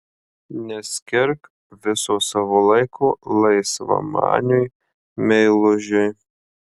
neskirk viso savo laiko laisvamaniui meilužiui